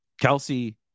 Kelsey